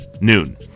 Noon